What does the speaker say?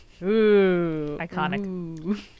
Iconic